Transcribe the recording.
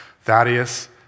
Thaddeus